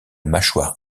mâchoire